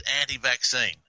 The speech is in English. anti-vaccine